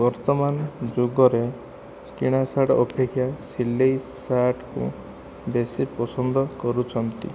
ବର୍ତ୍ତମାନ ଯୁଗରେ କିଣା ସାର୍ଟ ଅପେକ୍ଷା ସିଲାଇ ସାର୍ଟକୁ ବେଶି ପସନ୍ଦ କରୁଛନ୍ତି